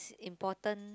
important